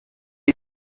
est